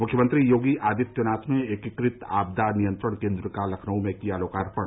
मुख्यमंत्री योगी आदित्यनाथ ने एकीकृत आपदा नियंत्रण केन्द्र का लखनऊ में किया लोकार्पण